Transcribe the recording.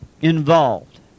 Involved